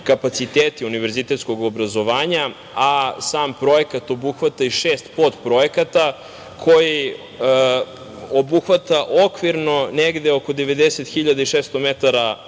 kapaciteti univerzitetskog obrazovanja, a sam projekat obuhvata i šest potprojekata, koji obuhvata okvirno negde oko 90.600 metara